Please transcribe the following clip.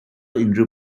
unrhyw